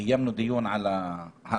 קיימנו דיון על ההארכה,